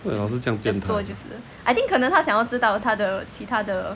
为什么你的老师这样变态